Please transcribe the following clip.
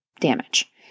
damage